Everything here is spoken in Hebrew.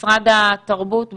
הדבקה של כמה עשרות או מאות,